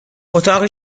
اتاق